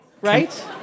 right